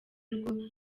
rwo